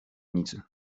nicy